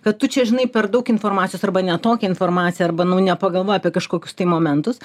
kad tu čia žinai per daug informacijos arba ne tokią informaciją arba nu nepagalvoji apie kažkokius tai momentus